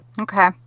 Okay